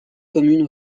commune